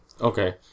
Okay